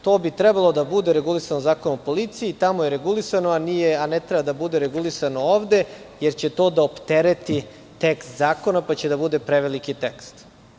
To bi trebalo da bude regulisano Zakonom o policiji, tamo je regulisano, a ne treba da bude regulisano ovde, jer će to da optereti tekst zakona pa će da bude preveliki tekst.